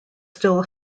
still